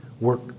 work